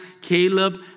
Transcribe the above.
Caleb